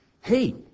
hey